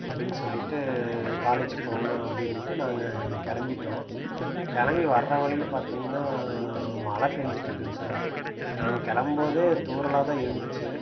அப்படின்னு சொல்லிவிட்டு காலேஜுக்கு போகணும் அப்படின்ட்டு நாங்கள் கிளம்பிட்டோம் கிளம்பி வருகிற வழியில் பார்த்திங்கன்னா மழை பெஞ்சிட்டுருக்குங்க சார் நாங்கள் கிளம்ப போது தூறல்லாக தான் இருந்துச்சு